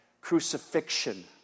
crucifixion